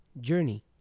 journey